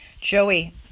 Joey